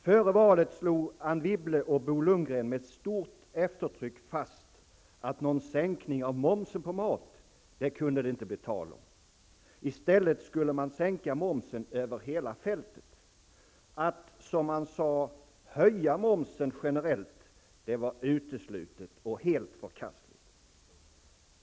Före valet slog Anne Wibble och Bo Lundgren med stort eftertryck fast att någon sänkning av momsen på mat kunde det inte bli tal om. I stället skulle man sänka momsen över hela fältet. Att, som man sade, höja momsen generellt var uteslutet och helt förkastligt.